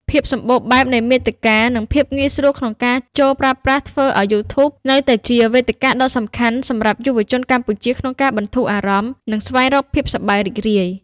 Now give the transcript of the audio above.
ភាពសម្បូរបែបនៃមាតិកា និងភាពងាយស្រួលក្នុងការចូលប្រើប្រាស់ ធ្វើឲ្យ YouTube នៅតែជាវេទិកាដ៏សំខាន់សម្រាប់យុវជនកម្ពុជាក្នុងការបន្ធូរអារម្មណ៍ និងស្វែងរកភាពសប្បាយរីករាយ។